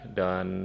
dan